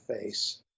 face